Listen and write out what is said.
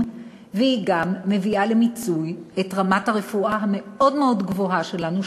והיא גם מביאה למיצוי של רמת הרפואה המאוד-מאוד גבוהה שלנו,